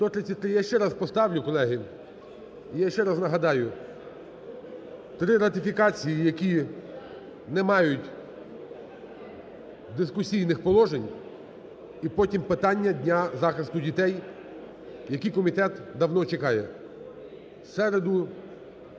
Я ще раз поставлю, колеги. І я ще раз нагадаю: три ратифікації, які не мають дискусійних положень, і потім питання Дня захисту дітей, які комітет давно чекає. В середу